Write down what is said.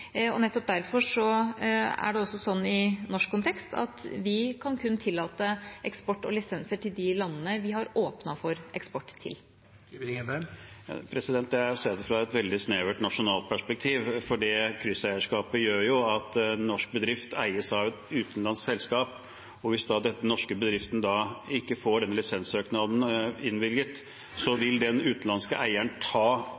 Nettopp derfor er det også sånn i norsk kontekst at vi kun kan tillate eksport og lisenser til de landene vi har åpnet for eksport til. Det er å se det fra et veldig snevert nasjonalt perspektiv, for krysseierskapet gjør jo at en norsk bedrift eies av et utenlandsk selskap. Hvis den norske bedriften da ikke får denne lisenssøknaden innvilget, vil den utenlandske eieren ta